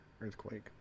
earthquake